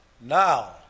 now